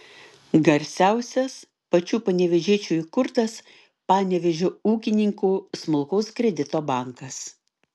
garsiausias pačių panevėžiečių įkurtas panevėžio ūkininkų smulkaus kredito bankas